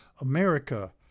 America